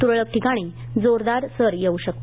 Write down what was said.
तूरळक ठिकाणी जोरदार सर येऊ शकते